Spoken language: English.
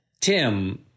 Tim